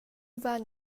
van